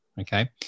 Okay